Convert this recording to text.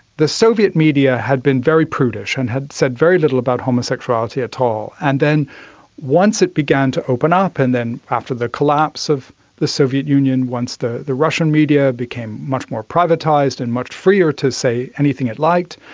the soviet media had been very prudish and had said very little about homosexuality at all. and then once it began to open up and then after the collapse of the soviet union, once the the russian media became much more privatised and much freer to say anything it liked,